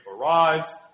arrives